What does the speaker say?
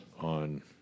on